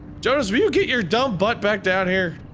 jonas, will you get your dumb butt back down here!